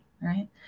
right